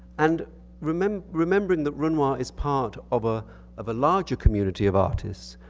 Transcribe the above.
and remembering remembering that renoir is part of ah of a larger community of artists,